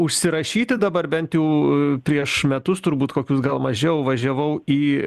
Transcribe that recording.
užsirašyti dabar bent jau u prieš metus turbūt kokius gal mažiau važiavau į